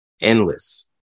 endless